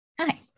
Hi